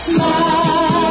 Smile